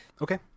Okay